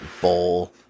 bowl